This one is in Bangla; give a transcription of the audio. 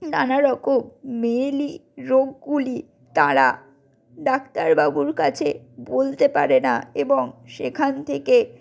নানারকম মেয়েলি রোগগুলি তারা ডাক্তারবাবুর কাছে বলতে পারে না এবং সেখান থেকে